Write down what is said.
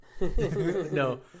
No